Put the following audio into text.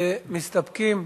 מסתפקים?